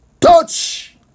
Touch